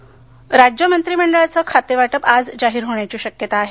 खातेवाटप राज्य मंत्रीमंडळाचे खातेवाटप आज जाहीर होण्याची शक्यता आहे